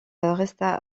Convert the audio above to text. resta